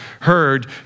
heard